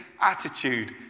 attitude